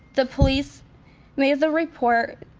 the police made the report,